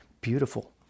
beautiful